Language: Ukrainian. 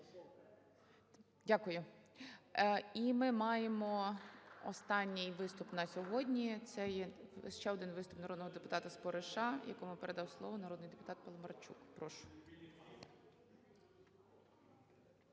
Дякую. І ми маємо останній виступ на сьогодні – це є ще один виступ народного депутатаСпориша, якому передав слово народний депутат Паламарчук. Прошу.